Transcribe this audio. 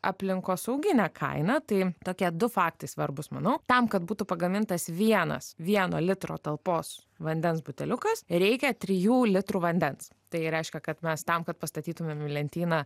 aplinkosauginė kaina tai tokie du faktai svarbūs manau tam kad būtų pagamintas vienas vieno litro talpos vandens buteliukas reikia trijų litrų vandens tai reiškia kad mes tam kad pastatytumėm į lentyną